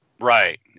Right